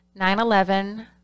9-11